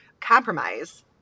compromise